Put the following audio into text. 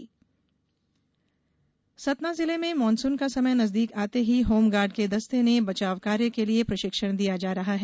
बाढ़ प्रशिक्षण सतना जिले में मानसून का समय नजदीक आते ही होमगार्ड के दस्ते ने बचाव कार्य के लिए प्रशिक्षण दिया जा रहा है